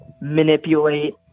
manipulate